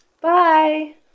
Bye